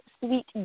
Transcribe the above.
Sweet